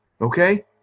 okay